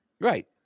Right